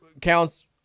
counts